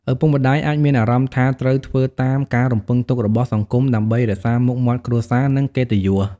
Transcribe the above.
ឪពុកម្ដាយអាចមានអារម្មណ៍ថាត្រូវធ្វើតាមការរំពឹងទុករបស់សង្គមដើម្បី រក្សាមុខមាត់គ្រួសារ និងកិត្តិយស។